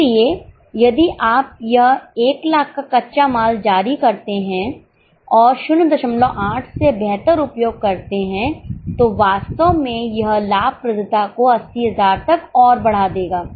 इसलिए यदि आप यह 100000 का कच्चा माल जारी करते हैं और 08 से बेहतर उपयोग करते हैं तो वास्तव में यह लाभप्रदता को 80 000 तक और बढ़ा देगा